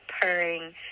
purring